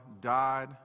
died